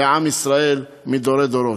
לעם ישראל מדורי-דורות.